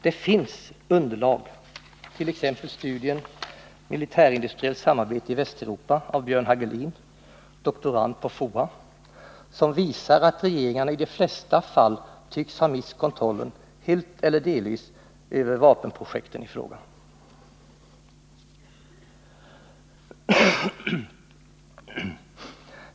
Det finns underlag, t.ex. studien Militärindustriellt samarbete i Västeuropa av Björn Hagelin, doktorand på FOA, som visar att regeringarna i de flesta fall tycks ha mist kontrollen, helt eller delvis, över vapenprojekten i fråga.